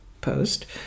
post